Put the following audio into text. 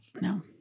No